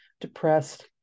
depressed